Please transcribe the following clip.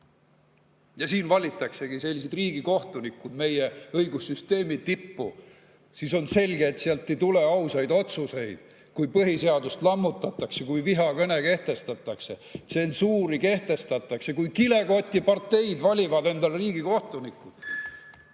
Ja siin valitaksegi sellised riigikohtunikud meie õigussüsteemi tippu. Siis on selge, et sealt ei tule ausaid otsuseid, kui põhiseadust lammutatakse, vihakõne kehtestatakse, tsensuuri kehtestatakse, kui kilekotiparteid valivad endale riigikohtunikud.